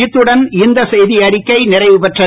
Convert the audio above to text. இத்துடன் இந்த செய்தியறிக்கை நிறைவுபெறுகிறது